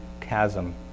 chasm